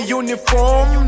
uniform